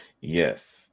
Yes